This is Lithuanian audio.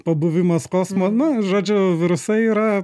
pabuvimas kosmose na žodžiu virusai yra